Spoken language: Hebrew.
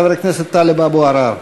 חבר הכנסת טלב אבו עראר.